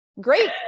great